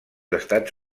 estats